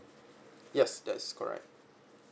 yes that's correct